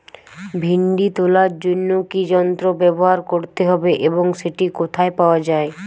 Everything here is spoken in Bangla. ভিন্ডি তোলার জন্য কি যন্ত্র ব্যবহার করতে হবে এবং সেটি কোথায় পাওয়া যায়?